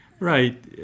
Right